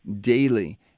daily